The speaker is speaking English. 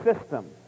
system